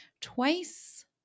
Twice